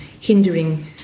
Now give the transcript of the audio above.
hindering